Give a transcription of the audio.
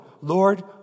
Lord